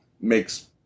makes